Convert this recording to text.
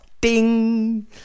Ding